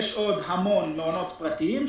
יש עוד המון מעונות פרטיים,